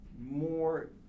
more